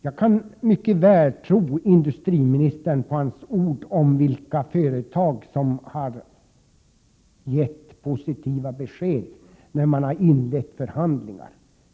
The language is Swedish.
Jag tror industriministern på hans ord när det gäller vilka företag som har givit positiva besked när man inlett förhandlingar.